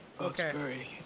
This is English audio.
Okay